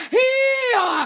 heal